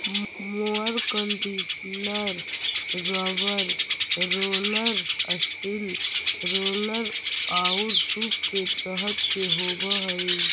mower conditioner rubber roller, steel roller औउर सूप के तरह के होवऽ हई